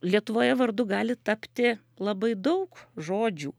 lietuvoje vardu gali tapti labai daug žodžių